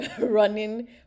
running